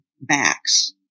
backs